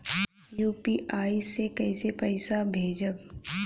UPI से कईसे पैसा भेजब?